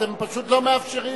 אתם פשוט לא מאפשרים.